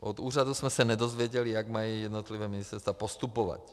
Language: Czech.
Od úřadu jsme se nedozvěděli, jak mají jednotlivá ministerstva postupovat.